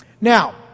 Now